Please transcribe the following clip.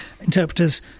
interpreters